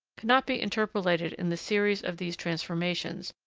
cannot be interpolated in the series of these transformations,